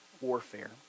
warfare